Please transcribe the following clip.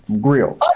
grill